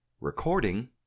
Recording